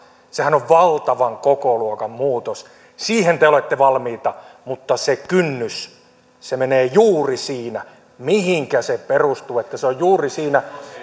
sehän on valtavan kokoluokan muutos siihen te olette valmiita mutta se kynnys se menee juuri siinä mihinkä se perustuu että se on juuri siinä